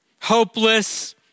hopeless